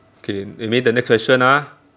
okay you mean the next question ah